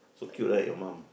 so cute right your mum